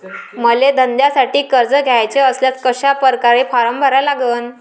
मले धंद्यासाठी कर्ज घ्याचे असल्यास कशा परकारे फारम भरा लागन?